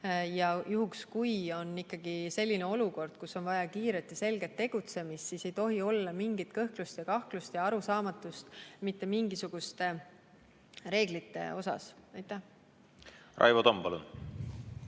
ja kui on ikkagi selline olukord, kus on vaja kiiret ja selget tegutsemist, siis ei tohi olla mingit kõhklust, kahtlust ja arusaamatust mitte mingisuguste reeglite osas. Aitäh!